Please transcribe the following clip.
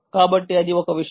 కాబట్టి అది ఒక విషయం